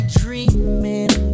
dreaming